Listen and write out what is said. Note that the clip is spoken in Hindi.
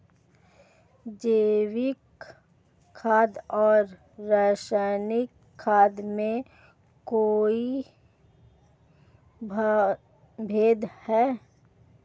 जैविक खाद और रासायनिक खाद में कोई भेद है?